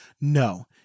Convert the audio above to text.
No